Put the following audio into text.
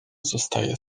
zostaje